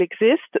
exist